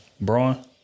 Braun